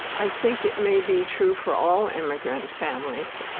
i think it may be true for all immigrant families,